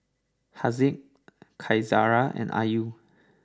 Haziq Qaisara and Ayu